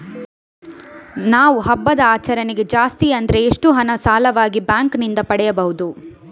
ನಾವು ಹಬ್ಬದ ಆಚರಣೆಗೆ ಜಾಸ್ತಿ ಅಂದ್ರೆ ಎಷ್ಟು ಹಣ ಸಾಲವಾಗಿ ಬ್ಯಾಂಕ್ ನಿಂದ ಪಡೆಯಬಹುದು?